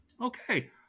Okay